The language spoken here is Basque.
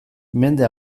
mende